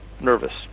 nervous